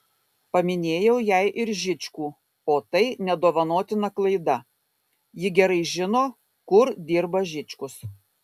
paminėjau jai ir žičkų o tai nedovanotina klaida ji gerai žino kur dirba žičkus